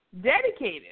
dedicated